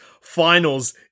finals